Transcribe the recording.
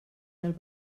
del